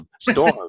storm